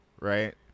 right